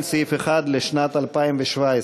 לשנת הכספים 2017,